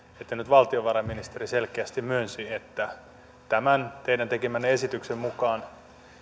että nyt valtiovarainministeri selkeästi myönsi että tämän teidän tekemänne esityksen mukaan